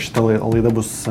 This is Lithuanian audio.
šita laida bus